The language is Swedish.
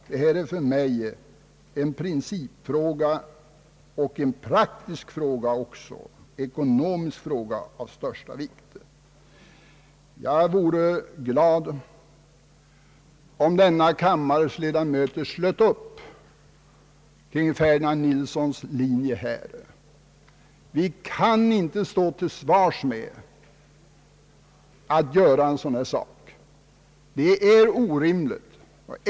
Detta är för mig en principfråga, en praktisk fråga och även en ekonomisk fråga av största vikt. Jag vore glad om denna kammares ledamöter slöt upp på herr Ferdinand Nilssons linje. Vi kan inte stå till svars med att göra en sådan här sak.